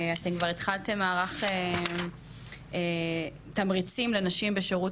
אתן כבר התחלתן מערך תמריצים לנשים בשירות